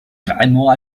vraiment